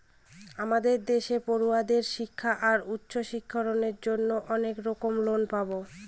আমাদের দেশে পড়ুয়াদের শিক্ষা আর উচ্চশিক্ষার জন্য অনেক রকম লোন পাবো